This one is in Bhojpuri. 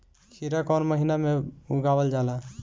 खीरा कौन महीना में लगावल जाला?